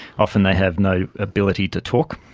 often they have no ability to talk.